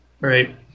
right